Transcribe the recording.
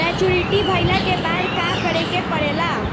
Maturity भईला के बाद का करे के पड़ेला?